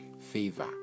favor